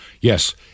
Yes